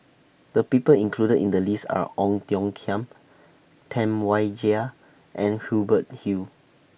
The People included in The list Are Ong Tiong Khiam Tam Wai Jia and Hubert Hill